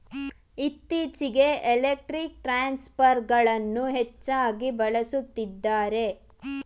ಇತ್ತೀಚೆಗೆ ಎಲೆಕ್ಟ್ರಿಕ್ ಟ್ರಾನ್ಸ್ಫರ್ಗಳನ್ನು ಹೆಚ್ಚಾಗಿ ಬಳಸುತ್ತಿದ್ದಾರೆ